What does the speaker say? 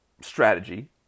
strategy